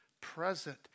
present